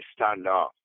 standoff